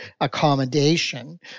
accommodation